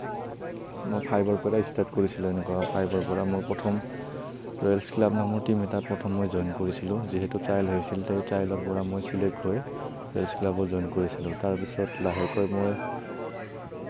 মই ফাইভৰ পৰা ষ্টাৰ্ট কৰিছিলোঁ এনেকুৱা ফাইভৰ পৰা মই প্ৰথম ৰয়েলচ ক্লাব নামৰ টীম এটাত প্ৰথম মই জইন কৰিছিলোঁ যিহেতু ট্ৰাইল হৈছিল সেই ট্ৰাইলৰ পৰা মই চিলেক্ট হৈ ৰয়েলচ ক্লাবত জইন কৰিছিলোঁ তাৰপিছত মই